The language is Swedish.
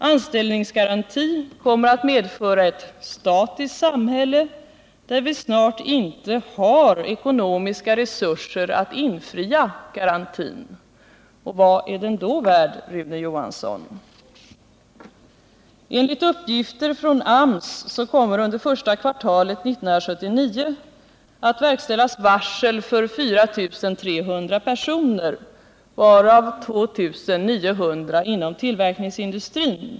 Anställningsgarantin kommer att medföra ett statiskt samhälle, där vi snart inte har ekonomiska resurser att infria garantin, och vad är den då värd, Rune Johansson? Enligt uppgifter från AMS kommer det under första kvartalet 1979 att utfärdas varsel för 4 300 personer, varav 2 900 inom tillverkningsindustrin.